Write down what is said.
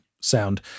sound